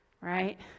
right